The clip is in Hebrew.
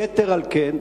יתר על כן,